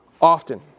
often